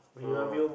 ah